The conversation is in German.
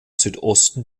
südosten